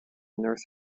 north